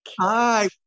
Hi